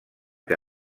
que